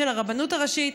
של הרבנות הראשית.